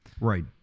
Right